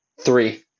three